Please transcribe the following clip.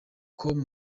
com